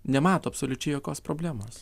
nemato absoliučiai jokios problemos